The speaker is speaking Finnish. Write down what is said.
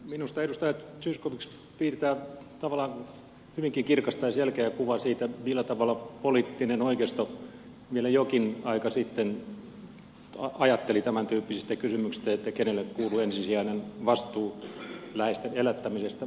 minusta edustaja zyskowicz piirtää tavallaan hyvinkin kirkasta ja selkeää kuvaa siitä millä tavalla poliittinen oikeisto vielä jokin aika sitten ajatteli tämäntyyppisistä kysymyksistä kenelle kuuluu ensisijainen vastuu läheisten elättämisestä